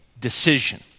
decision